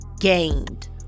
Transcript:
gained